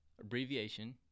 abbreviation